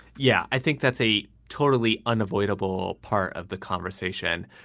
yeah, i think that's a totally unavoidable part of the conversation.